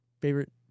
Favorite